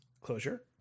closure